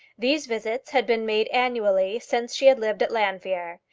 these visits had been made annually since she had lived at llanfeare,